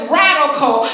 radical